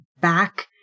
back